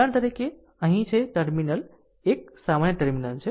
ઉદાહરણ તરીકે અને આ અહીં છે આ ટર્મિનલ એક સામાન્ય ટર્મિનલ છે